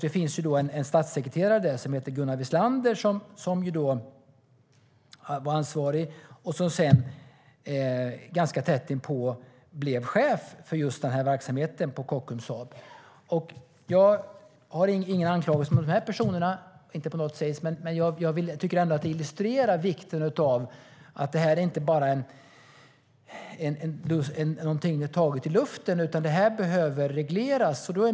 Det finns en statssekreterare som heter Gunnar Wieslander, som då var ansvarig och som sedan, ganska tätt inpå, blev chef för just den här verksamheten på Saab Kockums. Jag har inga anklagelser mot de här personerna, inte på något sätt, men jag tycker ändå att det illustrerar vikten av detta. Det är inte bara taget ur luften, utan det här behöver regleras.